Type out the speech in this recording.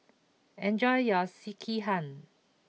enjoy your Sekihan